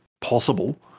possible